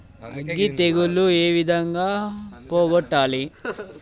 అగ్గి తెగులు ఏ విధంగా పోగొట్టాలి?